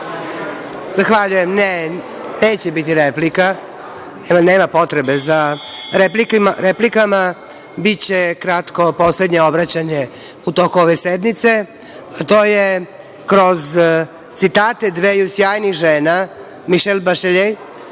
Zahvaljujem. Ne, neće biti replika, jer nema potrebe za replikama, biće kratko, poslednje obraćanje u toku ove sednice, a to je kroz citate dveju sjajnih žena, Mišel Bašle